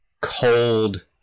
cold